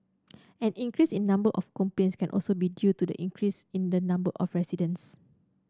an increase in number of complaints can also be due to the increase in the number of residents